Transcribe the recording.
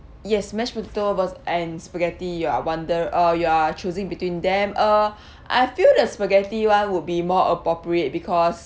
yes mashed potatoes and spaghetti you are wonder uh you are choosing between them uh I feel the spaghetti one would be more appropriate because